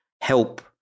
help